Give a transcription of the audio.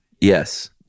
Yes